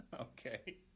Okay